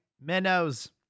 Minnows